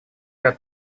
ряд